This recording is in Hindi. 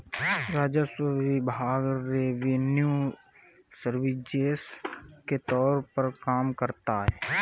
राजस्व विभाग रिवेन्यू सर्विसेज के तौर पर काम करता है